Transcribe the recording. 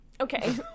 okay